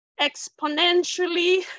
exponentially